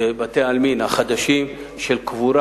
בבתי-העלמין החדשים, של קבורה